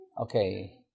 okay